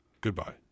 Goodbye